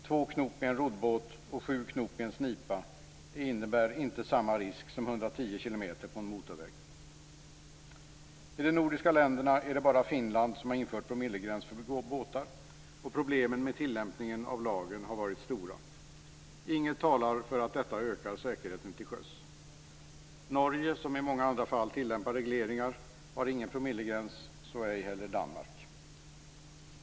2 knop i en roddbåt och 7 knop i en snipa innebär inte samma risk som Av de nordiska länderna är det bara Finland som har infört promillegräns för båtar, och problemen med tillämpningen av lagen har varit stora. Ingenting talar för att detta ökar säkerheten till sjöss. Norge, som i många andra fall tillämpar regleringar, har ingen promillegräns, så ej heller Danmark.